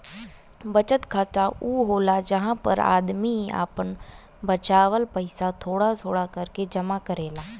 बचत खाता ऊ होला जहां पर आम आदमी आपन बचावल पइसा थोड़ा थोड़ा करके जमा करेला